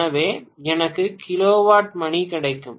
எனவே எனக்கு கிலோவாட் மணி கிடைக்கும்